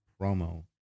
promo